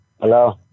hello